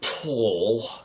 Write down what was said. Pull